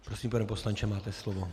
Prosím, pane poslanče, máte slovo.